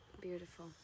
beautiful